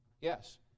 Yes